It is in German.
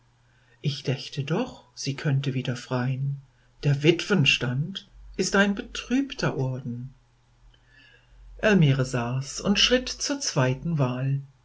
ich dächte doch sie könnte wieder frein der witwenstand ist ein betrübter orden elmire sahs und schritt zur zweiten wahl